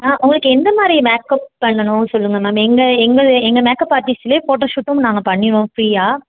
ஆ உங்களுக்கு எந்த மாதிரி மேக்கப் பண்ணணும் சொல்லுங்க மேம் எங்கள் எங்கள் எங்கள் மேக்கப் ஆஃபீஸ்லேயே ஃபோட்டோஷூட்டும் நாங்கள் பண்ணிடுவோம் ஃப்ரீயாக